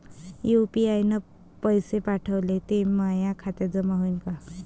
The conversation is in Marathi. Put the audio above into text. यू.पी.आय न पैसे पाठवले, ते माया खात्यात जमा होईन का?